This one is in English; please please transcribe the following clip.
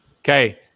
Okay